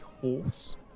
horse